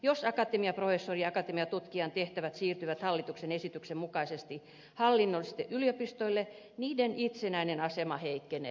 jos akatemiaprofessorin ja akatemiatutkijan tehtävät siirtyvät hallituksen esityksen mukaisesti hallinnollisesti yliopistoille niiden itsenäinen asema heikkenee